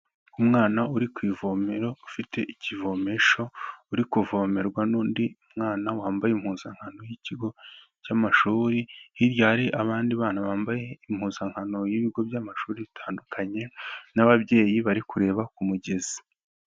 Umwana uri ku ivomero ufite ikivomesho uri kuvomerwa n'undi mwana wambaye impuzankano y'ikigo cy'amashuri, hirya hari abandi bana bambaye impuzankano y'ibigo by'amashuri bitandukanye n'ababyeyi bari kureba ku mugezi.